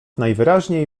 najwyraźniej